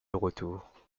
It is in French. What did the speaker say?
retour